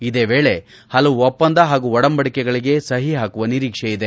ಇದೇ ವೇಳೆ ಹಲವು ಒಪ್ಪಂದ ಹಾಗೂ ಒಡಂಬಡಿಕೆಗಳಗೆ ಸಹಿ ಹಾಕುವ ನಿರೀಕ್ಷೆ ಇದೆ